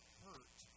hurt